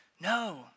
No